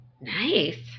Nice